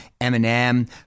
Eminem